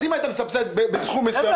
אז אם היית מסבסד בסכום מסוים,